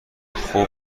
خوب